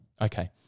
Okay